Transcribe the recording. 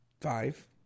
Five